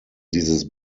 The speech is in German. dieses